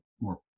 more